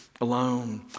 alone